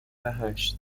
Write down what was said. هشت